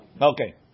Okay